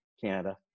Canada